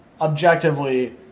objectively